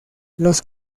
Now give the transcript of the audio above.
los